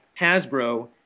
Hasbro